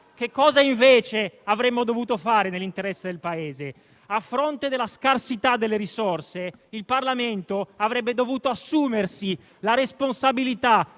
Che cosa invece avremmo dovuto fare nell'interesse del Paese? A fronte della scarsità delle risorse, il Parlamento avrebbe dovuto assumersi la responsabilità